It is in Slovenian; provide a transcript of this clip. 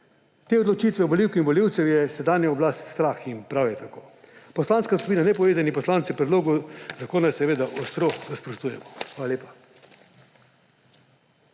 Te odločitve volivk in volivcev je sedanje oblasti strah in prav je tako. Poslanska skupina nepovezanih poslancev predlogu zakona seveda ostro nasprotuje. Hvala lepa.